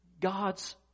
God's